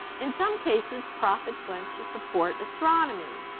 in some cases, profits went to support astronomy.